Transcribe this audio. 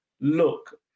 look